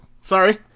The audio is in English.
Sorry